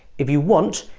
if you want,